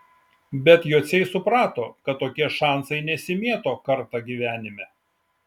bet jociai suprato kad tokie šansai nesimėto kartą gyvenime